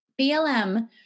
BLM